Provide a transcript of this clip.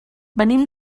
venim